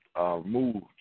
moved